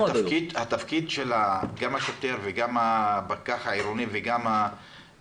התפקיד של השוטר וגם של הפקח העירוני וגם של